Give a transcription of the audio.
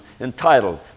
entitled